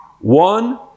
One